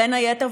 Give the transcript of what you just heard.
בין היתר,